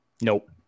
Nope